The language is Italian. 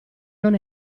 non